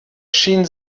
schien